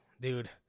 dude